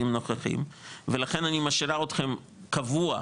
הנוכחיים ולכן אני משאירה אתכם קבוע,